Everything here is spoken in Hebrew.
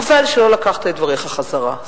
חבל שלא לקחת את דבריך חזרה,